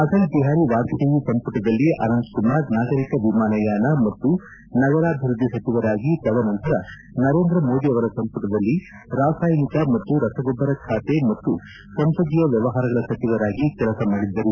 ಅಟಲ್ ಬಿಹಾರಿ ವಾಜಪೇಯಿ ಸಂಪುಟದಲ್ಲಿ ಅನಂತ್ ಕುಮಾರ್ ನಾಗರಿಕ ವಿಮಾನಯಾನ ಮತ್ತು ನಗರಾಭಿವೃದ್ದಿ ಸಚಿವರಾಗಿ ತದನಂತರ ನರೇಂದ್ರ ಮೋದಿ ಅವರ ಸಂಪುಟದಲ್ಲಿ ರಾಸಾಯನಿಕ ಮತ್ತು ರಸಗೊಬ್ಬರಖಾತೆ ಮತ್ತು ಸಂಸದೀಯ ವ್ಯವಹಾರಗಳ ಸಚಿವರಾಗಿ ಕೆಲಸ ಮಾಡಿದ್ದರು